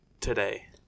today